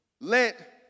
Let